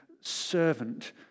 servant